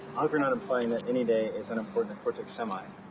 i hope you're not implying that any day is unimportant at cortex semi.